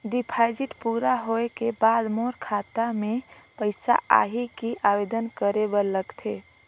Deposit पूरा होय के बाद मोर खाता मे पइसा आही कि आवेदन करे बर लगथे?